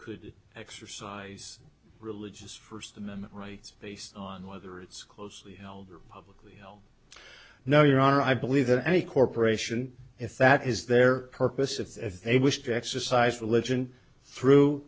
could exercise religious first amendment rights based on whether it's closely held or publicly held no your honor i believe that any corporation if that is their purpose if they wish to exercise religion through